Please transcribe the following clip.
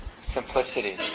simplicity